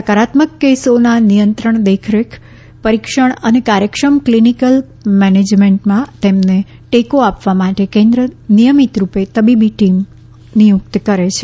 સકારાત્મક કેસોના નિયંત્રણ દેખરેખ પરીક્ષણ અને કાર્યક્ષમ ક્લિનિકલ મેનેજમેન્ટમાં તેમને ટેકો આપવા માટે કેન્દ્ર નિયમિત રૂપે તબીબી ટીમ નિયુક્ત કરે છે